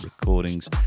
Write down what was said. Recordings